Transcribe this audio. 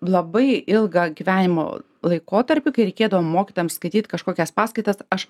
labai ilgą gyvenimo laikotarpį kai reikėdavo mokytojams skaityt kažkokias paskaitas aš